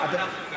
וגם אנחנו הגענו,